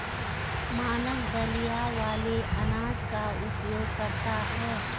मानव दलिया वाले अनाज का उपभोग करता है